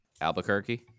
Albuquerque